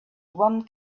one